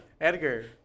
Edgar